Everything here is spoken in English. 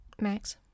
Max